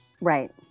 Right